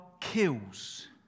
kills